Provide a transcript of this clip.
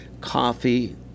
coffee